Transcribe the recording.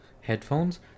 headphones